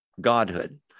Godhood